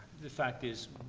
the fact is,